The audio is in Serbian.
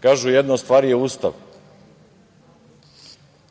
Kažu jedna od stvari je Ustav.